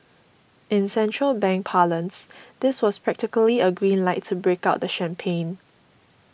in central bank parlance this was practically a green light to break out the champagne